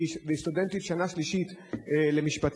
והיא סטודנטית שנה שלישית במשפטים.